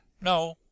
no